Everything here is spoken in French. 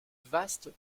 vaste